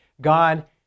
God